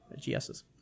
GSs